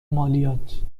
مالیات